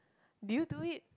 did you do it